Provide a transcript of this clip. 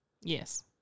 Yes